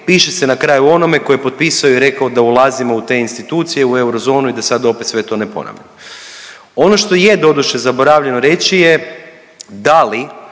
Piše se na kraju o onome tko je potpisao i rekao da ulazimo u te institucije, u eurozonu i da sad opet sve to ne ponavljam. Ono što je doduše zaboravljeno reći je da li